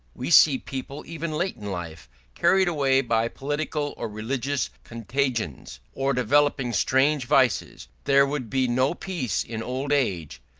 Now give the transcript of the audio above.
we see people even late in life carried away by political or religious contagions or developing strange vices there would be no peace in old age,